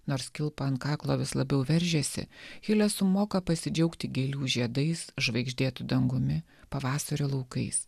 nors kilpa ant kaklo vis labiau veržiasi hilesum moka pasidžiaugti gėlių žiedais žvaigždėtu dangumi pavasario laukais